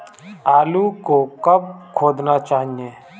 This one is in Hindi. आलू को कब खोदना चाहिए?